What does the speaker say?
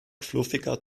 fluffiger